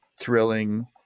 thrilling